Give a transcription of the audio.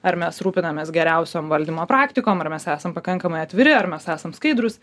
ar mes rūpinamės geriausiom valdymo praktikom ar mes esam pakankamai atviri ar mes esam skaidrūs